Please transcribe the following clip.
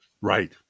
Right